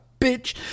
bitch